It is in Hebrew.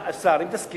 השר, אם תסכים,